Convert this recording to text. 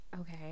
okay